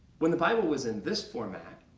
when the bible was in this format,